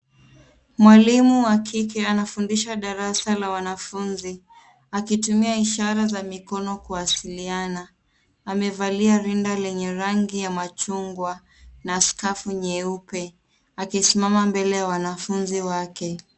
Mwalimu wa kike anafundisha darasa la wanafunzi akitumia ishara za mikono kuwasiliana. Amevalia rinda lenye rangi ya machungwa na skafu nyeupe , akisimama mbele ya wanafunzi wake.